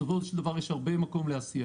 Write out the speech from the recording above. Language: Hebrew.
בסופו של דבר, יש הרבה מקום לעשייה.